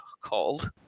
called